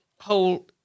whole